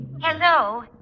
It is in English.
Hello